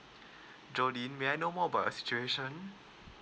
joline may I know more about your situation